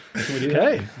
Okay